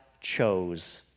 chose